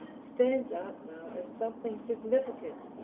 stands out now as something significant,